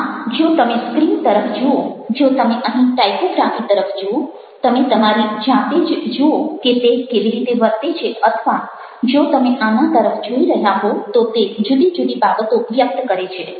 આમ જો તમે સ્ક્રીન તરફ જુઓ જો તમે અહીં ટાઇપોગ્રાફી તરફ જુઓ તમે તમારી જાતે જ જુઓ કે તે કેવી રીતે વર્તે છે અથવા જો તમે આના તરફ જોઈ રહ્યા હો તો તે જુદી જુદી બાબતો વ્યક્ત કરે છે